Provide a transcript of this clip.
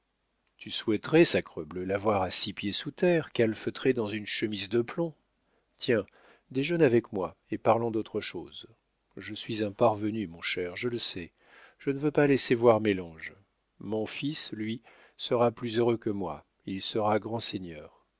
tu souhaiterais sacrebleu la voir à six pieds sous terre calfeutrée dans une chemise de plomb tiens déjeune avec moi et parlons d'autre chose je suis un parvenu mon cher je le sais je ne veux pas laisser voir mes langes mon fils lui sera plus heureux que moi il sera grand seigneur